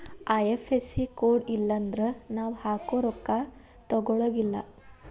IFSC code ಇಲ್ಲನ್ದ್ರ ನಾವ್ ಹಾಕೊ ರೊಕ್ಕಾ ತೊಗೊಳಗಿಲ್ಲಾ